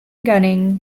gunning